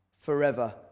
forever